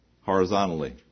horizontally